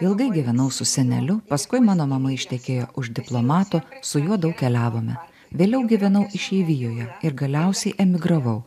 ilgai gyvenau su seneliu paskui mano mama ištekėjo už diplomato su juo daug keliavome vėliau gyvenau išeivijoje ir galiausiai emigravau